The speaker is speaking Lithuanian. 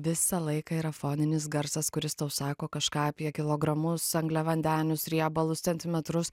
visą laiką yra foninis garsas kuris tau sako kažką apie kilogramus angliavandenius riebalus centimetrus